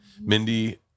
mindy